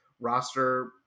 Roster